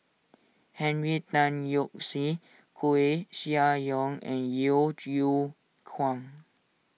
Henry Tan Yoke See Koeh Sia Yong and Yeo Yeow Kwang